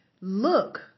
look